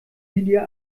lydia